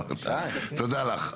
תודה לך.